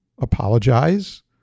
apologize